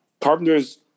carpenter's